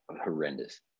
horrendous